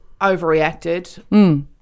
overreacted